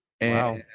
Wow